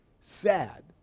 sad